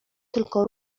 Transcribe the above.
tylko